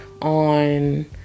on